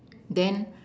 then